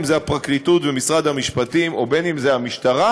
בין שזה הפרקליטות ומשרד המשפטים ובין שזה המשטרה,